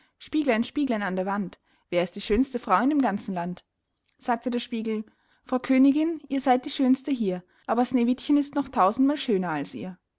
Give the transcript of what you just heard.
spieglein spieglein an der wand wer ist die schönste frau in dem ganzen land sagte der spiegel frau königin ihr seyd die schönste hier aber snewittchen ist noch tausendmal schöner als ihr